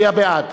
להצביע בעד.